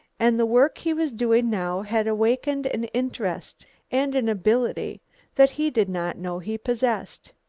and the work he was doing now had awakened an interest and an ability that he did not know he possessed.